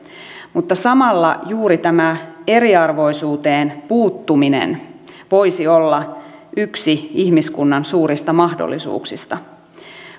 mutta samalla juuri tämä eriarvoisuuteen puuttuminen voisi olla yksi ihmiskunnan suurista mahdollisuuksista